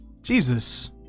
Jesus